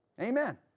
Amen